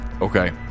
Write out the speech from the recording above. Okay